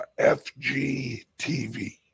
FGTV